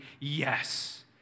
yes